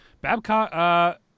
Babcock